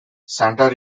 santa